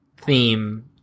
theme